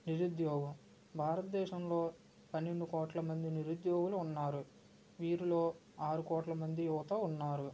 నిరుద్యోగం భారతదేశంలో పన్నెండు కోట్ల మంది నిరుద్యోగులు ఉన్నారు వీరిలో ఆరు కోట్ల మంది యువత ఉన్నారు